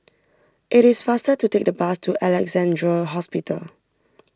it is faster to take the bus to Alexandra Hospital